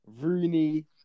Rooney